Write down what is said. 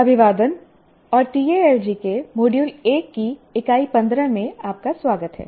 अभिवादन और TALG के मॉड्यूल 1 की इकाई 15 में आपका स्वागत है